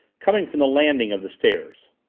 coming from the landing of the stairs.